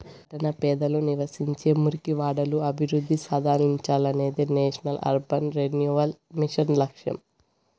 పట్టణ పేదలు నివసించే మురికివాడలు అభివృద్ధి సాధించాలనేదే నేషనల్ అర్బన్ రెన్యువల్ మిషన్ లక్ష్యం